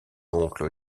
oncle